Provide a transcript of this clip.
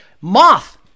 moth